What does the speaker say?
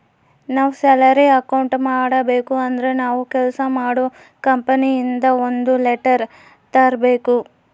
ನಾವ್ salary account ಮಾಡಬೇಕು ಅಂದ್ರೆ ನಾವು ಕೆಲ್ಸ ಮಾಡೋ ಕಂಪನಿ ಇಂದ ಒಂದ್ ಲೆಟರ್ ತರ್ಬೇಕು